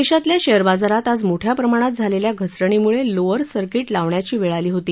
देशातल्या शेअर बाजारात आज मोठ्या प्रमाणात झालेल्या घसरणीमुळे लोअर सर्किट लावण्याची वेळ आली होती